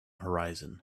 horizon